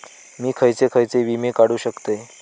मी खयचे खयचे विमे काढू शकतय?